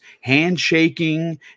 handshaking